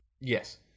Yes